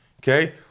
Okay